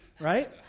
right